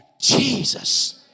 Jesus